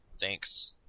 thanks